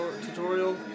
tutorial